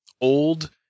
old